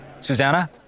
Susanna